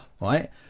right